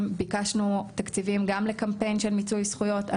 ביקשנו תקציבים גם לקמפיין של מיצוי זכויות.